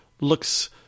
looks